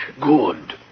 Good